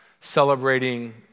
celebrating